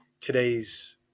today's